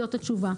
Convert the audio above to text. זאת התשובה.